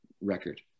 record